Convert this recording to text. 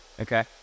Okay